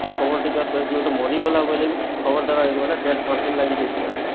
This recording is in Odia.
ଖବର ଦେଇ ଆସୁଥାଏ ଯିଏ ଗୋଟେ ମରି ଗଲା ବୋଇଲେ ବି ଖବର ଦେବା ଲାଗି ଚାରି ପାଞ୍ଚ ଦିନ୍ ଲାଗିଯାଇ ଥିଲା